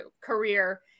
career